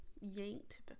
yanked